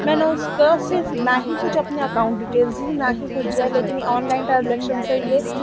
میں نے اس کا صرف نہ ہی کچھ اپنا اکاؤنٹ ڈیٹیلس دیا نہ ہی کچھ دیا لیکن آن لائن ٹرانزیکشن سے